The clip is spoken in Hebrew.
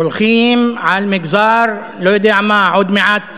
הולכים על מגזר, לא יודע מה, עוד מעט,